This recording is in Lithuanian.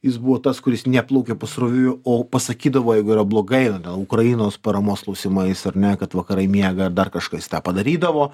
jis buvo tas kuris ne plaukė pasroviui o pasakydavo jeigu yra blogai na ukrainos paramos klausimais ar ne kad vakarai miega ar dar kažką jis tą padarydavo